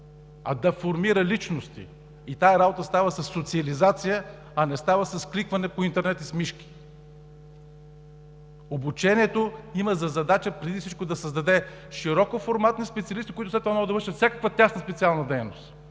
а да формира личности. И тази работа става със социализация, а не става с кликване по интернет и с мишки. Обучението има за задача преди всичко да създаде широкоформатни специалисти, които след това могат да вършат всякаква тясна специална дейност,